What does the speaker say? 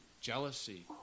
jealousy